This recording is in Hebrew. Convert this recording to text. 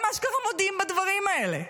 הם אשכרה מודים בדברים האלה.